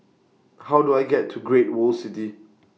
How Do I get to Great World City